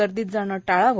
गर्दीत जाणे टाळा